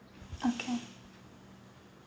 okay